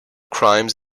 crimes